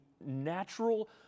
natural